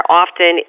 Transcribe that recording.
often